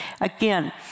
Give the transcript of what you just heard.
Again